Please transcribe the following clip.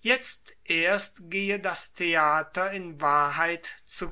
jetzt erst gehe das theater in wahrheit zu